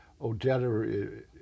Odetta